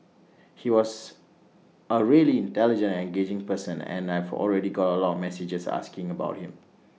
he was A really intelligent and engaging person and I've already got A lot of messages asking about him